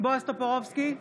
בועז טופורובסקי,